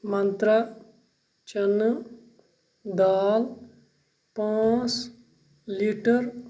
منترا چَنہٕ دال پانژھ لیٖٹر